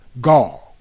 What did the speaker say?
gall